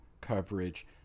coverage